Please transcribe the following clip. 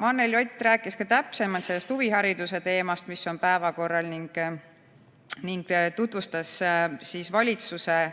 Anneli Ott rääkis täpsemalt sellest huvihariduse teemast, mis on päevakorral, ning tutvustas valitsuse